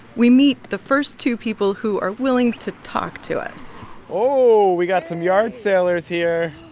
we meet the first two people who are willing to talk to us oh, we got some yard salers here